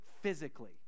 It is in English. physically